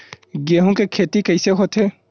गेहूं के खेती कइसे होथे?